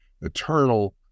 eternal